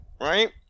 right